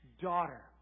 Daughter